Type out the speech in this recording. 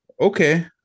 okay